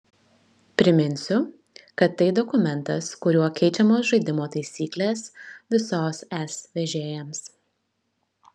priminsiu kad tai dokumentas kuriuo keičiamos žaidimo taisyklės visos es vežėjams